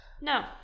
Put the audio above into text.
No